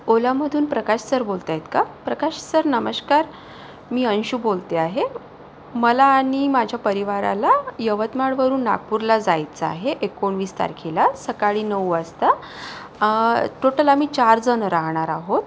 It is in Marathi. ओलामधून प्रकाश सर बोलत आहेत का प्रकाश सर नमस्कार मी अंशू बोलते आहे मला आणि माझ्या परिवाराला यवतमाळवरून नागपूरला जायचं आहे एकोणवीस तारखेला सकाळी नऊ वाजता टोटल आम्ही चारजणं राहणार आहोत